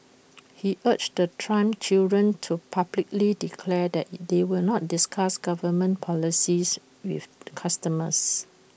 he urged the Trump children to publicly declare that they will not discuss government policies with customers